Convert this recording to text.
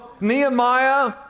Nehemiah